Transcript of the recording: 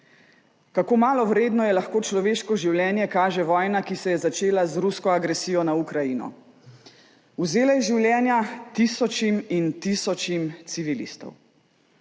Kako malo vredno je lahko človeško življenje, kaže vojna, ki se je začela z rusko agresijo na Ukrajino. Vzela je življenja tisočim in tisočim civilistov.